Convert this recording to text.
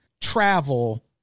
travel